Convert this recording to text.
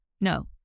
No